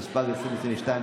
התשפ"ג 2022,